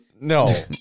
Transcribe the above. No